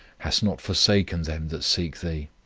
hast not forsaken them that seek thee.